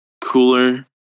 cooler